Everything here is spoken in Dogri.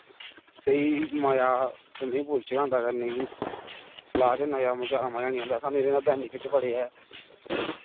स्हेई मज़ा स्विमिंग पूल च गै आंदा करने ई तलाऽ च मज़ा निं आंदा सानूं एह्दे ना बेनिफिट बड़े ऐ